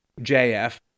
JF